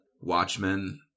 Watchmen